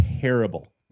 terrible